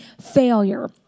failure